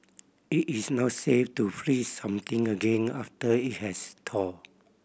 it is not safe to freeze something again after it has thawed